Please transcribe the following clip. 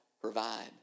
provide